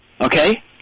Okay